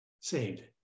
saved